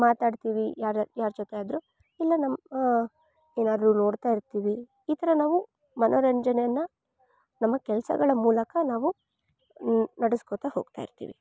ಮಾತಾಡ್ತೀವಿ ಯಾರರು ಯಾರ ಜೊತೆ ಆದರು ಇಲ್ಲ ನಮ್ಮ ಏನಾರು ನೋಡ್ತಾ ಇರ್ತಿವಿ ಈ ಥರ ನಾವು ಮನೋರಂಜನೆಯನ್ನು ನಮ್ಮ ಕೆಲಸಗಳ ಮೂಲಕ ನಾವು ನಡೆಸ್ಕೋತ ಹೋಗ್ತಾ ಇರ್ತಿವಿ